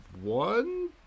one